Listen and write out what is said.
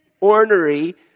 ornery